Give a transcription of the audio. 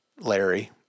Larry